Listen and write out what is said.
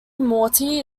monty